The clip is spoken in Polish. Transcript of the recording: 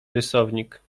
rysownik